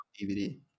DVD